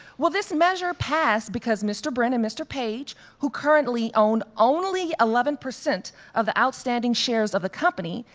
well, this measure passed because mr. brin and mr. page, who currently own only eleven percent of the outstanding shares of the company,